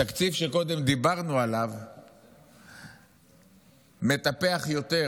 התקציב שקודם דיברנו עליו מטפח יותר